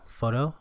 photo